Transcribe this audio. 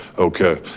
okay,